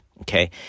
Okay